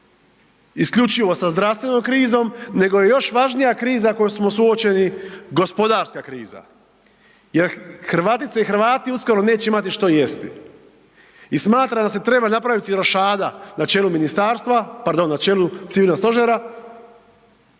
isključivo sa zdravstvenom krizom nego je još važnija kriza kojom smo suočeni, gospodarska kriza. Jer Hrvatice i Hrvati uskoro neće imati što jesti i smatram da se treba napraviti rošada na čelu ministarstva,